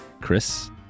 Chris